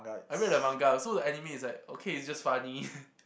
I read that manga so the anime is like okay it's just funny